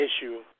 issue